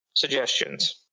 Suggestions